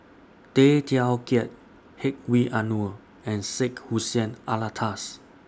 Tay Teow Kiat Hedwig Anuar and Syed Hussein Alatas